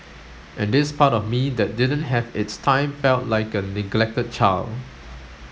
and this part of me that didn't have its time felt like a neglected child